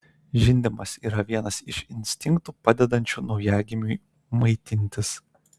žindymas yra vienas iš instinktų padedančių naujagimiui maitintis